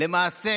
למעשה